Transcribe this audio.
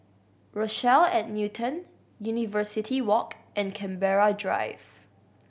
Rochelle at Newton University Walk and Canberra Drive